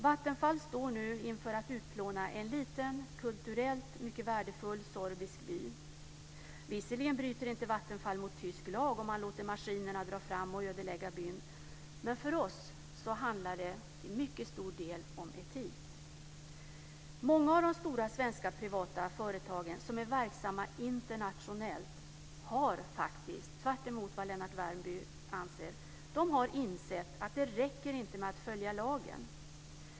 Vattenfall står nu inför att utplåna en liten kulturellt mycket värdefull sorbisk by. Visserligen bryter inte Vattenfall mot tysk lag om det låter maskinerna dra fram och ödelägga byn. Men för oss handlar det till mycket stor del om etik. Många av de stora svenska privata företagen som är verksamma internationellt har - tvärtemot vad Lennart Värmby anser - insett att det inte räcker med att följa lagen.